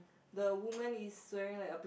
the woman is swearing like a